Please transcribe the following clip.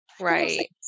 Right